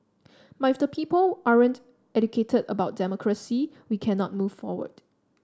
but if the people aren't educated about democracy we cannot move forward